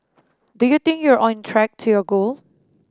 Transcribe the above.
do you think you're on track to your goal